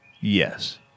Yes